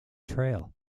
trail